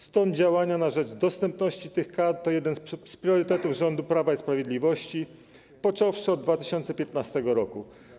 Stąd działania na rzecz dostępności tych kadr to jeden z priorytetów rządu Prawa i Sprawiedliwości, począwszy od 2015 r.